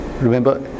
Remember